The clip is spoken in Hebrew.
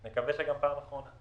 נקווה שזו גם פעם אחרונה.